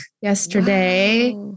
yesterday